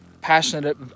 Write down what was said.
passionate